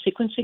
sequencing